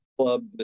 club